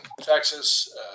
Texas